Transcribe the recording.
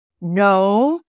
No